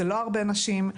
זה לא הרבה נשים.